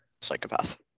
psychopath